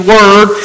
Word